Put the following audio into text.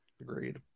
Agreed